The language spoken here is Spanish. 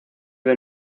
del